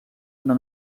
una